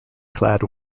clad